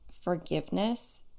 forgiveness